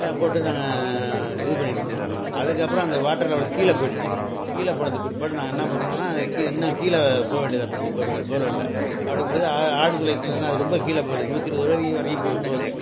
போட்டு நாங்க இது பண்ணிட்டுருந்தோம் அதுக்கப்புறம் அந்த வாட்டர் லெவல் கீழே போயிடுச்சி கீழே போனதுக்கு பிற்பாடு நாங்க என்ன பண்ணோன்னா கீ என்ன கீழே போக வேண்டியதாக போயிடுச்சி போரு போரு வெல்ல அப்படிங்கபொழுது ஆழ்துளை கிணறுன்னா அது ரொம்ப கீழே போயிடுது நூற்றி இருபது வரைக்கும் போது போது